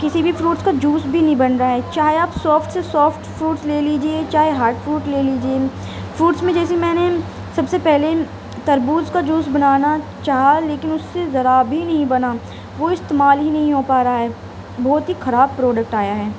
کسی بھی فروٹس کا جوس بھی نہیں بن رہا ہے چاہے آپ سافٹ سے سافٹ فروٹس لے لیجیے چاہے ہارڈ فروٹ لے لیجیے فروٹس میں جیسی میں نے سب سے پہلے تربوز کا جوس بنانا چاہا لیکن اس سے ذرا بھی نہیں بنا وہ استعمال ہی نہیں ہو پا رہا ہے بہت ہی خراب پروڈکٹ آیا ہے